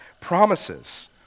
promises